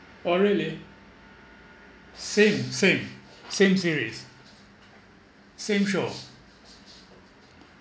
oh really same same same series same show